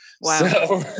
Wow